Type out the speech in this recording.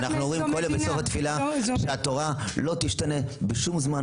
אנחנו אומרים כל יום בסוף התפילה שהתורה לא תשתנה בשום זמן,